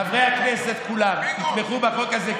חברי הכנסת כולם יתמכו בחוק הזה,